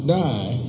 die